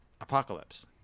Apocalypse